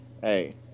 hey